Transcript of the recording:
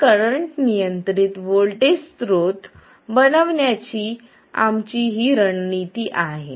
तर करंट नियंत्रित व्होल्टेज स्त्रोत बनविण्याची आमची ही रणनीती आहे